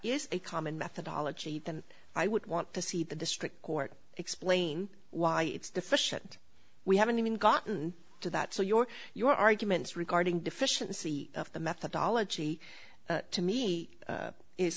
is a common methodology then i would want to see the district court explain why it's deficient we haven't even gotten to that so your your arguments regarding deficiency of the methodology to me